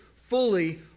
fully